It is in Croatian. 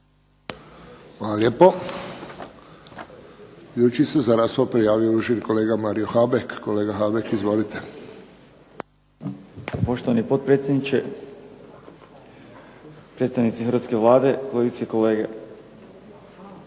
Hvala lijepo. Idući se za raspravu prijavio uvaženi kolega Mario Habek. Kolega Habek, izvolite. **Habek, Mario (SDP)** Poštovani potpredsjedniče, predstavnici hrvatske Vlade, kolegice i kolege.